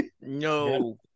No